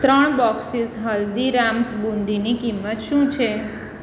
ત્રણ બોક્સિસ હલ્દીરામ્સ બુંદીની કિંમત શું છે